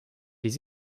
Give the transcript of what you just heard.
les